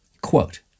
Quote